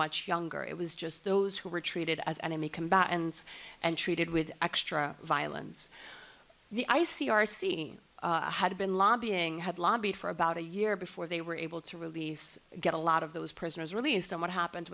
much younger it was just those who were treated as enemy combatants and treated with extra violence the i c r c had been lobbying had lobbied for about a year before they were able to release get a lot of those prisoners released on what happen